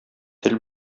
тел